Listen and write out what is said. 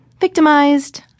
victimized